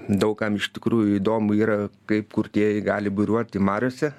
daug kam iš tikrųjų įdomu yra kaip kurtieji gali buriuoti mariose